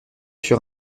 sur